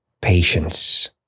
patience